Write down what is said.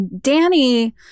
Danny